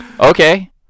Okay